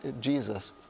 Jesus